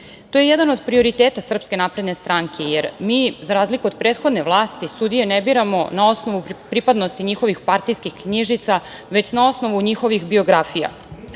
To je jedan od prioriteta SNS, jer mi za razliku od prethodne vlasti sudije ne biramo na osnovu pripadnosti njihovi partijskih knjižica već na osnovu njihovi biografija. Lično